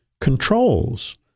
controls